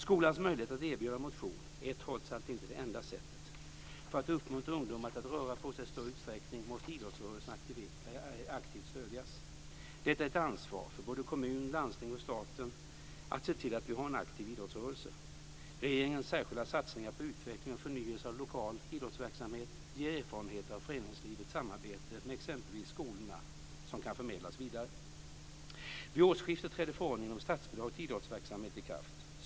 Skolans möjlighet att erbjuda motion är trots allt inte det enda sättet. För att uppmuntra ungdomar till att röra på sig i större utsträckning måste idrottsrörelsen aktivt stödjas. Det är ett ansvar både för kommun och landsting och för staten att se till att vi har en aktiv idrottsrörelse. Regeringens särskilda satsning på utveckling och förnyelse av lokal idrottsverksamhet ger erfarenheter av föreningslivets samarbete med exempelvis skolorna som kan förmedlas vidare. Vid årsskiftet trädde förordningen om statsbidrag till idrottsverksamhet i kraft.